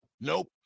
nope